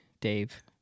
Dave